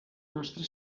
nostra